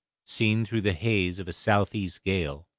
seen through the haze of a south-east gale,